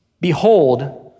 behold